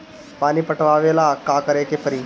पानी पटावेला का करे के परी?